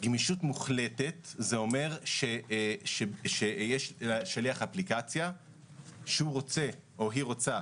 גמישות מוחלטת זה שיש לשליח אפליקציה שכאשר הוא רוצה או היא רוצה,